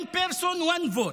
one person, one vote,